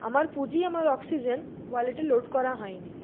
আমার পুঁজি আমার অক্সিজেন ওয়ালেটে লোড করা হয়নি